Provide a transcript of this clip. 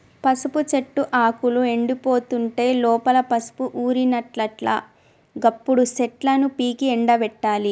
పసుపు చెట్టు ఆకులు ఎండిపోతుంటే లోపల పసుపు ఊరినట్లట గప్పుడు చెట్లను పీకి ఎండపెట్టాలి